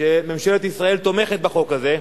שממשלת ישראל תומכת בחוק הזה,